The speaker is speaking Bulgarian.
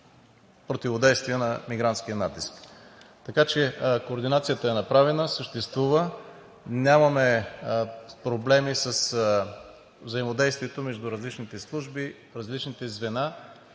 противодействие на мигрантския натиск. Така че координацията е направена, съществува. Нямаме проблеми с взаимодействието между различните служби в различните звена,